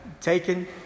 taken